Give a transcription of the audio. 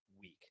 week